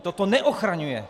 Toto neochraňuje.